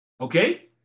okay